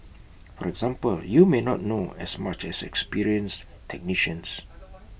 for example you may not know as much as experienced technicians